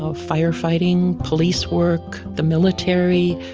ah firefighting, police work, the military,